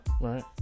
right